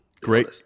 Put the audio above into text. Great